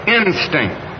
instinct